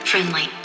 Friendly